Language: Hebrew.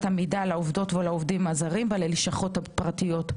המידע לעובדות והעובדים הזרים בלשכות הפרטיות.